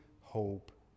hope